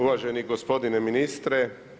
Uvaženi gospodine ministre.